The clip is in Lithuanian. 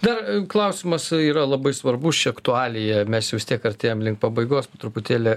dar klausimas yra labai svarbus čia aktualija mes jau vis tiek artėjam link pabaigos po truputėlį